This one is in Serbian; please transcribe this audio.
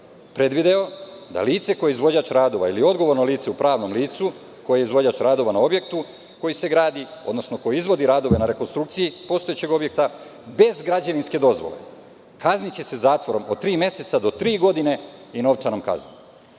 predvideo da lice koje je izvođač radova ili odgovorno lice u pravnom licu koje je izvođač radova na objektu koji se gradi, odnosno koji izvodi radove na rekonstrukciji postojećeg objekta, bez građevinske dozvole, kazniće se zatvorom od tri meseca do tri godine i novčanom kaznom.